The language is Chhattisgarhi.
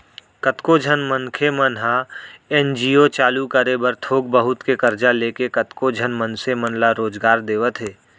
कतको झन मनखे मन ह एन.जी.ओ चालू करे बर थोक बहुत के करजा लेके कतको झन मनसे मन ल रोजगार देवत हे